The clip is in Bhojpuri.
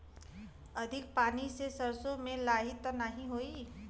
अधिक पानी से सरसो मे लाही त नाही होई?